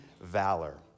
valor